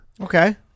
Okay